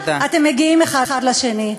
אתם מגיעים אחד לשני.